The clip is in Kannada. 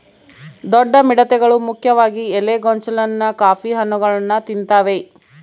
ದೊಡ್ಡ ಮಿಡತೆಗಳು ಮುಖ್ಯವಾಗಿ ಎಲೆ ಗೊಂಚಲನ್ನ ಕಾಫಿ ಹಣ್ಣುಗಳನ್ನ ತಿಂತಾವೆ